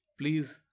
please